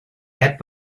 had